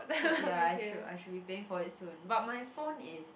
so ya I should I should be paying for it soon but my phone is